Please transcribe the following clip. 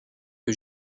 que